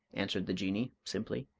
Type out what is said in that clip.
answered the jinnee, simply,